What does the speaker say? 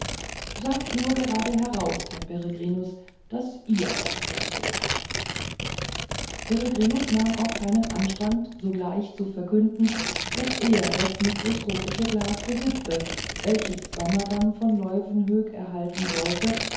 sagt nur gerade heraus herr peregrinus daß ihr das kleinod habt peregrinus nahm auch gar keinen anstand sogleich zu verkünden daß er das mikroskopische glas besitze welches swammerdamm von leuwenhoek erhalten sollen